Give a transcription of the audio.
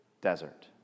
desert